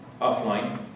offline